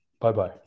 Bye-bye